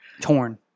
torn